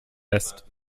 lässt